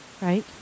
right